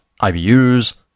IBUs